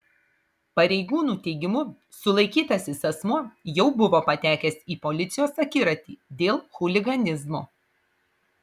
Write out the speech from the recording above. pareigūnų teigimu sulaikytasis asmuo jau buvo patekęs į policijos akiratį dėl chuliganizmo